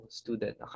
student